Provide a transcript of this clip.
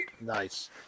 Nice